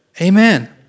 Amen